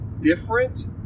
different